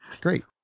great